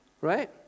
right